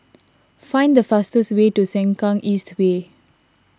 find the fastest way to Sengkang East Way